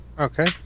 Okay